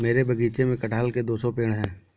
मेरे बगीचे में कठहल के दो सौ पेड़ है